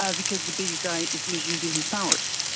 ah because the bigger guy is misusing his powers.